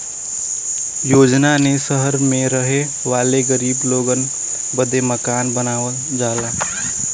योजना ने सहर मे रहे वाले गरीब लोगन बदे मकान बनावल जाला